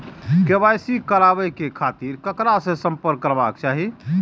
KYC कराबे के खातिर ककरा से संपर्क करबाक चाही?